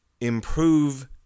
improve